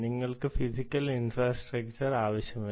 നിങ്ങൾക്ക് physical infrastructure ആവശ്യമില്ല